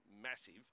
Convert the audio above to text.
massive